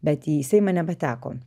bet į seimą nepateko